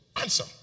Answer